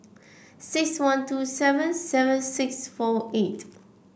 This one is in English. six one two seven seven six four eight